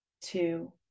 two